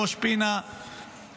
ראש פינה והסביבה.